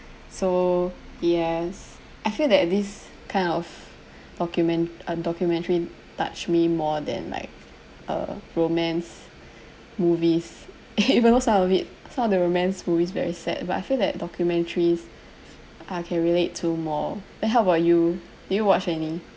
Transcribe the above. so yes I feel that this kind of documen~ uh documentary touched me more than like uh romance movies even though some of it some of the romance movies very sad but I feel that documentaries I can relate to more then how about you do you watch any